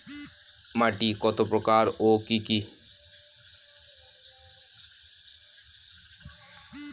মাটি কত প্রকার ও কি কি?